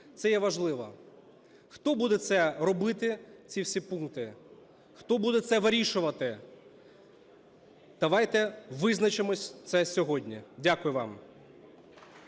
Це є важливо. Хто буде це робити, ці всі пункти? Хто буде це вирішувати? Давайте визначимо це сьогодні. Дякую вам.